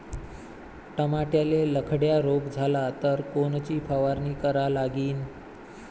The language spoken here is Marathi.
टमाट्याले लखड्या रोग झाला तर कोनची फवारणी करा लागीन?